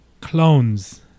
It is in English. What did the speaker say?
clones